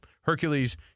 Hercules